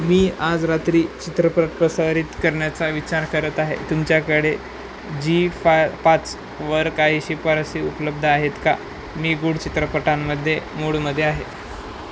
मी आज रात्री चित्रपट प्रसारित करण्याचा विचार करत आहे तुमच्याकडे जी फाय पाचवर काही शिफारसी उपलब्ध आहेत का मी गूढ चित्रपटांमध्ये मूडमध्ये आहे